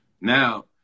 Now